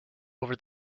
over